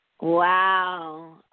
Wow